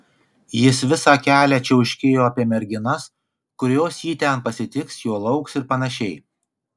jis visą kelią čiauškėjo apie merginas kurios jį ten pasitiks jo lauks ir panašiai